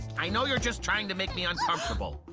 i know you're just trying to make me uncomfortable.